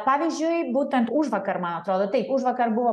pavyzdžiui būtent užvakar man atrodo taip užvakar buvo